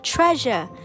Treasure